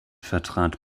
vertrat